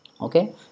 okay